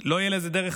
לא, אנחנו